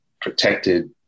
protected